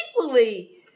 equally